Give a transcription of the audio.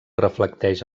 reflecteix